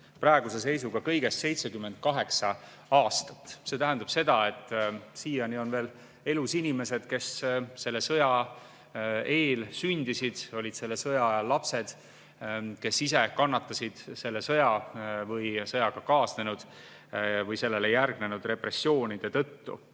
praeguse seisuga kõigest 78 aastat. See tähendab seda, et siiani on veel elus inimesi, kes selle sõja eel sündisid, olid sõja aja lapsed ning kannatasid ise selle sõjaga kaasnenud või sellele järgnenud repressioonide tõttu.